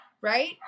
right